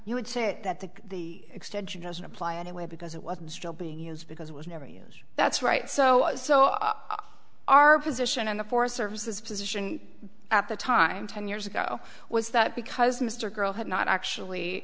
you would say that the extension doesn't apply anyway because it was still being used because it was never that's right so so our position on the forest service is position at the time ten years ago was that because mr girl had not actually